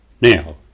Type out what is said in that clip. now